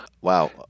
Wow